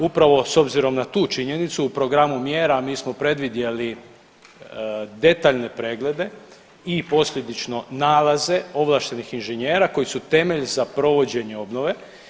Upravo s obzirom na tu činjenicu u programu mjera mi smo predvidjeli detaljne preglede i posljedično nalaze ovlaštenih inženjera koji su temelj za provođenje obnove.